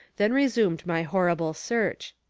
then resumed my horrible search.